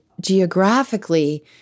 geographically